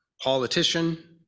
politician